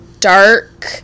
dark